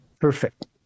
Perfect